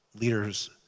leaders